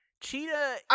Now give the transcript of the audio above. cheetah